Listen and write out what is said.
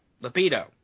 libido